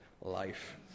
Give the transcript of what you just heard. life